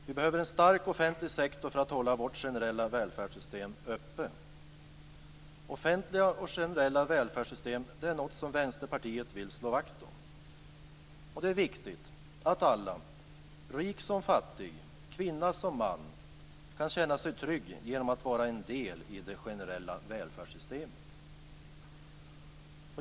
Vi behöver en stark offentlig sektor för att hålla vårt generella välfärdssystem uppe. Offentliga och generella välfärdssystem är något som Vänsterpartiet vill slå vakt om. Det är viktigt att alla, rik som fattig och kvinna som man, kan känna sig trygg genom att vara en del i det generella välfärdssystemet.